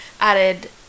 added